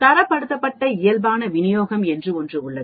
தரப்படுத்தப்பட்ட இயல்பான விநியோகம் என்று ஒன்று உள்ளது